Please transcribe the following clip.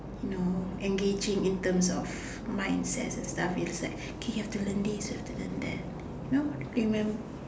you know engaging in terms of mindsets and stuff it's like K you have to learn this you have to learn that you know remember